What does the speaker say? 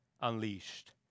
unleashed